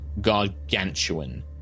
gargantuan